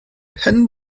pen